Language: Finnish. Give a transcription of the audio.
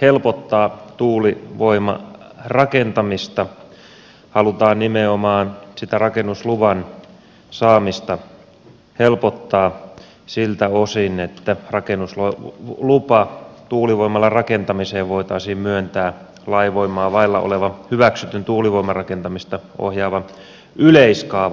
helpottaa tuulivoiman rakentamista halutaan nimenomaan sitä rakennusluvan saamista helpottaa siltä osin että rakennuslupa tuulivoimalan rakentamiseen voitaisiin myöntää lain voimaa vailla olevan hyväksytyn tuulivoimarakentamista ohjaavan yleiskaavan perusteella